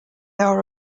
are